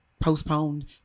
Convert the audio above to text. postponed